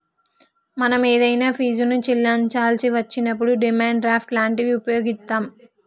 మనం ఏదైనా ఫీజుని చెల్లించాల్సి వచ్చినప్పుడు డిమాండ్ డ్రాఫ్ట్ లాంటివి వుపయోగిత్తాం